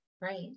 Right